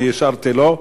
אני אישרתי לו.